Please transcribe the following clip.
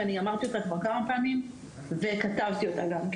אני אמרתי אותה כבר כמה פעמים וכתבתי אותה גם.